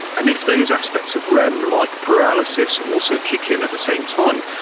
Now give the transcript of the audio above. and if those aspects of rem-like paralysis also kick in at the same time,